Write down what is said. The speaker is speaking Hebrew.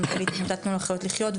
מנכ"לית עמותת "תנו לחיות לחיות".